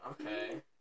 Okay